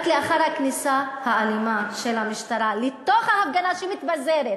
רק לאחר הכניסה האלימה של המשטרה לתוך ההפגנה שמתפזרת,